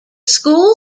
school